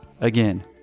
Again